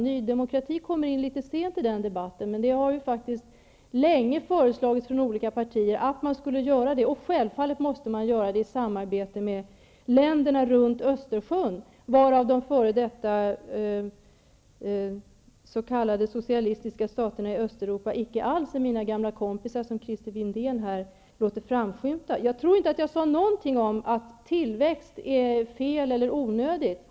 Ny Demokrati kommer in litet sent i den debatten. Det har länge föreslagits från olika partier att man skall göra det. Det måste självfallet göras i samarbete med länderna runt Östersjön, varav de f.d. s.k. socialistiska staterna i Östeuropa icke alls är mina gamla kompisar, som Christer Windén här låter framskymta. Jag tror inte att jag sade någonting om att tillväxt är fel eller onödigt.